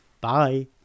Bye